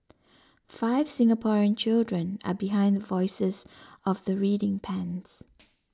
five Singaporean children are behind the voices of the reading pens